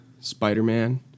Spider-Man